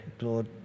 Lord